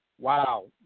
Wow